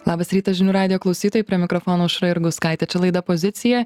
labas rytas žinių radijo klausytojai prie mikrofono aušra jurgauskaitė čia laida pozicija